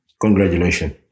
Congratulations